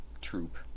troop